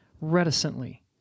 reticently